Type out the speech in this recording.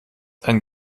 einen